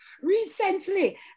recently